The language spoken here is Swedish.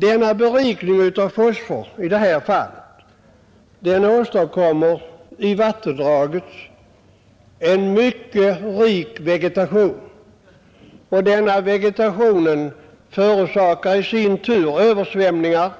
Denna berikning av fosfor åstadkommer en mycket rik vegetation i vattendraget, och denna vegetation förorsakar i sin tur översvämningar